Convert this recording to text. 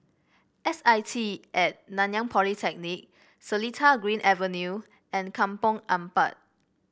S I T At Nanyang Polytechnic Seletar Green Avenue and Kampong Ampat